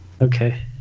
Okay